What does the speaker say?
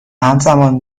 همزمان